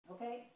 Okay